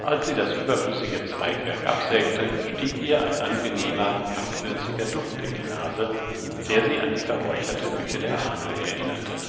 als sie das überflüssige zweigwerk absägte stieg ihr ein angenehmer herbwürziger duft in die nase der sie an die verräucherte küche der ahnl erinnerte